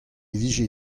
vije